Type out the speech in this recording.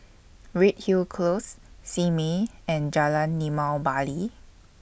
Redhill Close Simei and Jalan Limau Bali